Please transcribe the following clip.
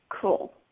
Cool